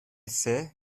ise